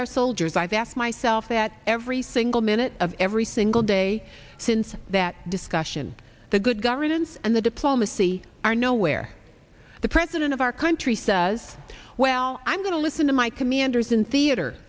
our soldiers i've asked myself that every single minute of every single day since that discussion the good governance and the diplomacy are nowhere the president of our country says well i'm going to listen to my commanders in theater